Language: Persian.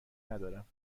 ندارم